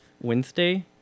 Wednesday